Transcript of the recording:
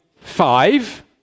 five